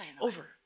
over